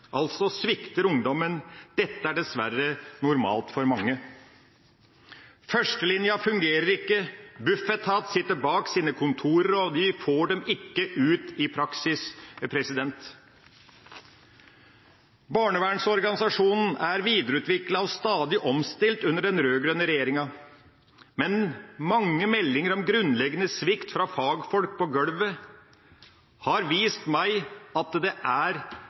altså svikter de ungdommen. Dette er dessverre normalt for mange. Førstelinja fungerer ikke, Bufetat sitter på sine kontorer, og de får dem ikke ut i praksis. Barnevernsorganisasjonen er videreutviklet og stadig omstilt under den rød-grønne regjeringa, men mange meldinger om grunnleggende svikt fra fagfolk på «gølvet» har vist meg at det ikke er